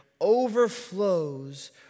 overflows